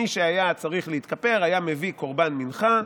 מי שהיה צריך להתכפר היה מביא קורבן מנחה,